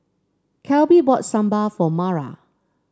Kelby bought Sambar for Mara